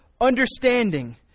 understanding